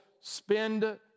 spend